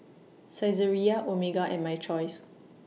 Saizeriya Omega and My Choice